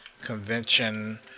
convention